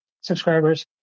subscribers